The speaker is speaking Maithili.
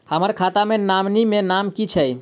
हम्मर खाता मे नॉमनी केँ नाम की छैय